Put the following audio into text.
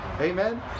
amen